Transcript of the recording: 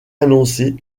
annoncée